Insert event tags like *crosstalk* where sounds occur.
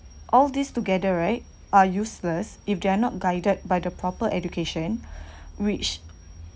all these together right are useless if they're not guided by the proper education *breath* which